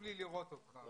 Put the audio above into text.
תתחיל אתי.